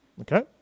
okay